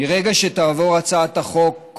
מרגע שתעבור הצעת החוק,